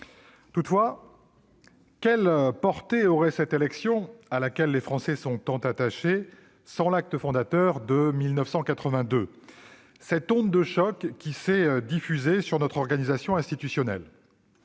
Toutefois, quelle portée aurait cette élection, à laquelle les Français sont tant attachés, sans l'acte fondateur de 1982, cette onde de choc qui s'est diffusée sur notre organisation institutionnelle ?